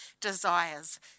desires